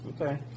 Okay